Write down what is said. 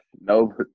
No